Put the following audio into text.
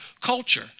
culture